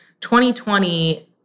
2020